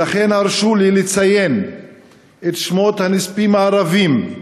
ולכן הרשו לי לציין את שמות הנספים הערבים,